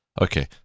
okay